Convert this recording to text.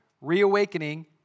reawakening